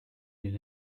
des